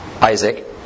Isaac